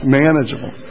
manageable